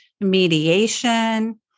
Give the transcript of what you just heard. mediation